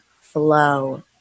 flow